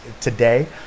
today